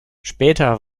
später